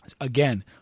Again